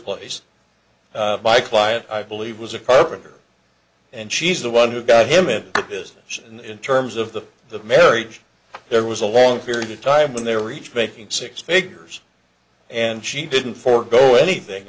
client i believe was a carpenter and she's the one who got him in the business and in terms of the the marriage there was a long period of time when they were each making six figures and she didn't forego anything